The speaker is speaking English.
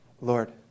Lord